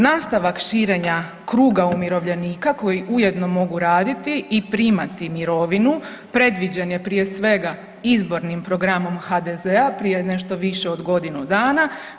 Nastavak širenja kruga umirovljenika koji ujedno mogu raditi i primati mirovinu predviđen je prije svega izbornim programom HDZ-a prije nešto više od godinu dana.